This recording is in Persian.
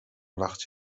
وقت